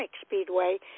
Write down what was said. Speedway